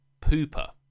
pooper